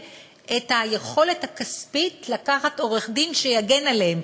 היכולת הכספית לקחת עורך-דין שיגן עליהם,